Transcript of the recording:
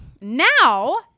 Now